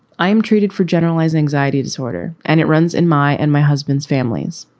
i'm treated for generalized anxiety disorder and it runs in my and my husband's families.